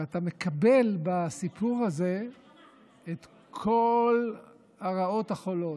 ואתה מקבל בסיפור הזה את כל הרעות החולות: